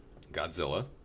Godzilla